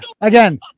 Again